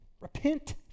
Repent